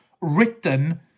written